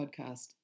podcast